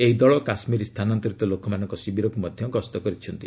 ଏହି ଦଳ କାଶ୍ମୀରୀ ସ୍ଥାନାନ୍ତରିତ ଲୋକମାନଙ୍କ ଶିବିରକୁ ମଧ୍ୟ ଗସ୍ତ କରିଛନ୍ତି